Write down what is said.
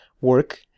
work